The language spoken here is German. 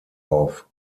auf